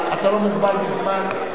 אתה לא מוגבל בזמן.